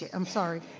ah i'm sorry,